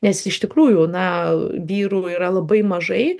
nes iš tikrųjų na vyrų yra labai mažai